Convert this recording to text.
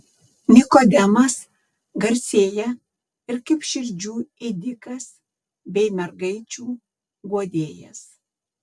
nikodemas garsėja ir kaip širdžių ėdikas bei mergaičių guodėjas